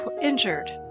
injured